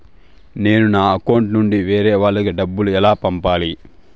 నేను నా అకౌంట్ నుండి వేరే వాళ్ళకి డబ్బును ఎలా పంపాలి?